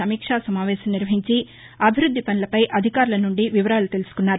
సమీక్ష సమావేశం నిర్వహించి అభివృద్ది పనులపై అధికారులనుండి వివరాలు తెలుసుకున్నారు